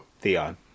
Theon